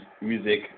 Music